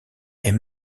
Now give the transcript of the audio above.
est